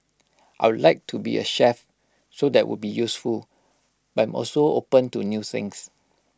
I'd like to be A chef so that would be useful but I'm also open to new things